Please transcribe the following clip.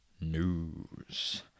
News